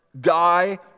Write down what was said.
die